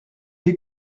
est